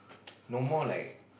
no more like